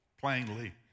plainly